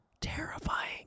Terrifying